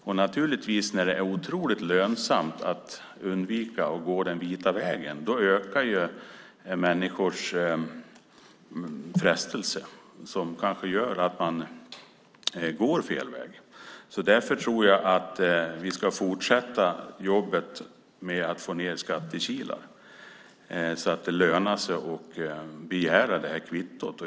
Och när det är otroligt lönsamt att undvika att gå den vita vägen ökar naturligtvis människors frestelser, som kanske gör att man går fel väg. Därför tror jag att vi ska fortsätta jobbet med att få ned skattekilar, så att det lönar sig att begära det här kvittot.